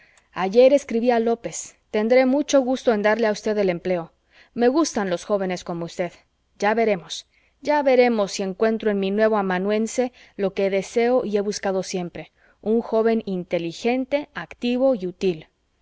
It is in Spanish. escribí a lópez tendré mucho gusto en darle a usted el empleo me gustan los jóvenes como usted ya veremos ya veremos si encuentro en mi nuevo amanuense lo que deseo y he buscado siempre un joven inteligente activo y útil